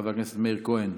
חבר הכנסת מאיר כהן,